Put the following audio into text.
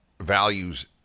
values